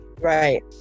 right